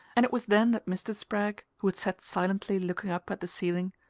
and it was then that mr. spragg, who had sat silently looking up at the ceiling,